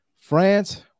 france